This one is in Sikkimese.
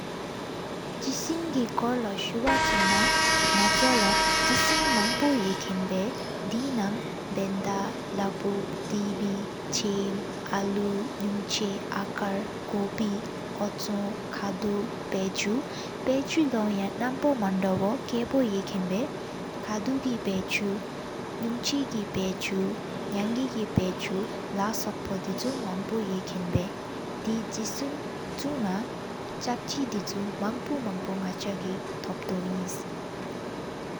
ཆེད་སྲིང་གི་སྐོར་ལོ་སུ་བ་ཆེ་ན། ནག་ཆ་ལོ་ཆེད་སྲིང་མང་པོ་ཡེ་མཁན་བརྟེན་བར་ཡོད། དེ་ནང་བཱན་ད་ལྷ་བུབ་ཚིམ་འདུལ་ནུང་ཆེ། ཨ་ཀར་ཀོ་པི་ཨོ་ཀྱི་བཀྲ་བཏོད་ཟིན་གྱིས་བཞར་མོ། སྙིང་གཡོགས་གྱི་དོན་འདུས་མེད་གཏུག་སྐོར་ལོ་དང་གཅིག་ཆུང་མ་མི་འོང་ངལ་བཏེངས་འོང་། ཁ་འཛད་མཁན་བརྟེན་བར་ཨི་གྱི་བཏེངས་ཆེན་པོ། སྙིང་གཡོགས་ཀྱི་གདོང་ནང་གི་བཀྲ་བཏོད་དེ་གྱི་བཞིན་ཡོད། ལས་སྒོགས་པོ་དངོས་སྤྱོད་འདི་མང་པོ་མེད། དེ་ཆེན་ངའི་མིང་ངོས་ངོབ་ཅེས་ཞིག་གནས་ཡོད། མང་པོ་མང་པོ་ནག་ཆ་གི་ཐོབ་ཧེང་སིའི་ཨིན།